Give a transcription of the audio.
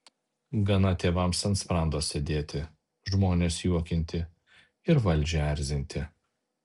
gana tėvams ant sprando sėdėti žmones juokinti ir valdžią erzinti